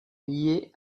lié